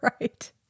Right